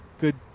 good